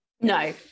No